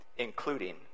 including